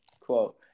quote